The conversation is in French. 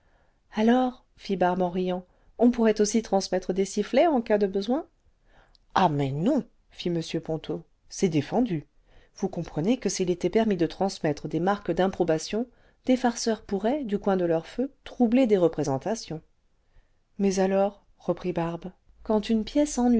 alors fit barbe en riant on pourrait aussi transmettre des sifflets en cas de besoin ah mais non fit m ponto c'est défendu vous comprenez que s'il était permis de transmettre des marques dïmprobation des farceurs pourraient du coin de leur feu troubler des représentations la salle de l'opera mais alors reprit barbe quand une pièce